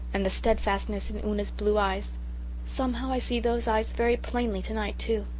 and the steadfastness in una's blue eyes somehow i see those eyes very plainly tonight, too.